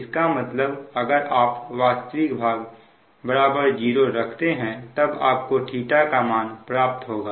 इसका मतलब अगर आप वास्तविक भाग बराबर जीरो रखते हैं तब आप को θ का मान प्राप्त होगा